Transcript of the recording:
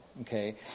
okay